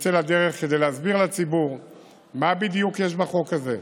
נצא לדרך כדי להסביר לציבור מה בדיוק יש בחוק הזה: